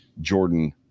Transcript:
jordan